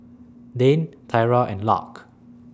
Dane Tyra and Lark